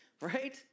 Right